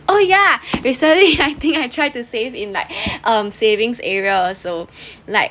oh ya recently I think I tried to save in like um savings area so like